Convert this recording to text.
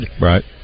Right